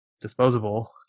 disposable